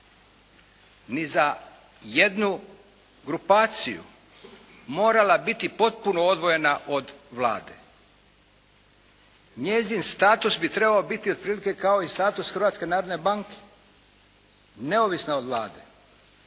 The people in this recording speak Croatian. ni za jednu grupaciju morala biti potpuno odvojena od Vlade. Njezin status bi trebao biti otprilike kao i status Hrvatske narodne banke neovisno od Vlade,